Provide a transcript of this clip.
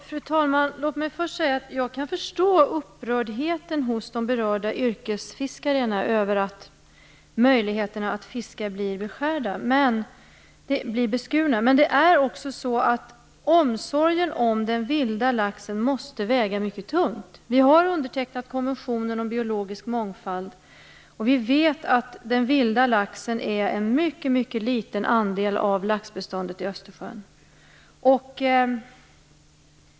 Fru talman! Låt mig först säga att jag kan förstå upprördheten hos de berörda yrkesfiskarna över att möjligheterna att fiska blir beskurna, men omsorgen om den vilda laxen måste väga mycket tungt. Vi har undertecknat konventionen om biologisk mångfald, och vi vet att den vilda laxen är en mycket liten andel av laxbeståndet i Östersjön.